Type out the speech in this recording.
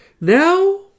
Now